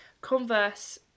Converse